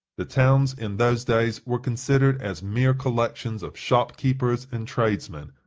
the towns, in those days, were considered as mere collections of shopkeepers and tradesmen,